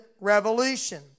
revolution